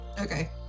Okay